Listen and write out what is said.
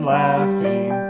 laughing